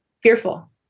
fearful